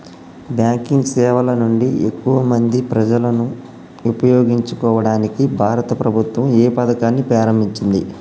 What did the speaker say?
Banking సేవల నుండి ఎక్కువ మంది ప్రజలను ఉపయోగించుకోవడానికి భారత ప్రభుత్వం ఏ పథకాన్ని ప్రారంభించింది?